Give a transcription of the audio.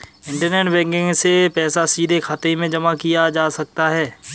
internet banking से पैसा सीधे खाते में जमा किया जा सकता है